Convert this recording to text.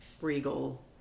regal